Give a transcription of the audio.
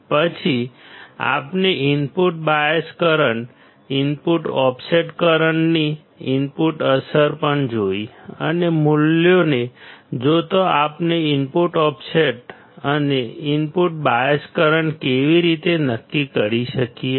પછી આપણે input bias current input offset કરંટની ઇનપુટ અસર પણ જોઈ અને મૂલ્યોને જોતાં આપણે ઇનપુટ ઓફસેટ અને ઇનપુટ બાયસ કરંટ કેવી રીતે નક્કી કરી શકીએ